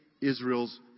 Israel's